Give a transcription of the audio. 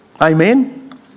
Amen